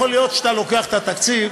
יכול להיות שאתה לוקח את התקציב,